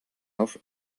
auf